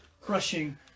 crushing